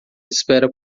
espera